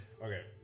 Okay